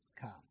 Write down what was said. come